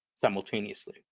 simultaneously